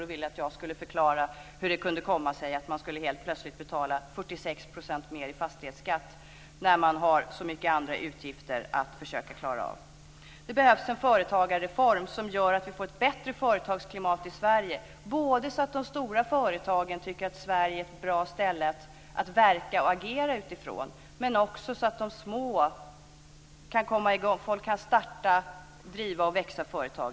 De ville att jag skulle förklara hur det kunde komma sig att man helt plötsligt skulle betala 46 % mer i fastighetsskatt när man har så mycket andra utgifter att försöka klara av. Det behövs en företagarreform som gör att vi får ett bättre företagsklimat i Sverige så att stora företag tycker att Sverige är ett bra ställe att verka i och agera utifrån men också så att små företag kan startas, drivas och växa.